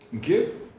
give